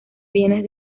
bienes